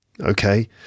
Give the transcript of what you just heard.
Okay